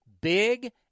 big